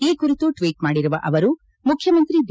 ಈ ಕುರಿತು ಟ್ವೀಟ್ ಮಾಡಿರುವ ಅವರು ಮುಖ್ಯಮಂತ್ರಿ ಬಿ